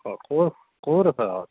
অঁ ক'ৰ ক'ত আছ